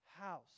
house